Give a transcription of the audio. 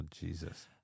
Jesus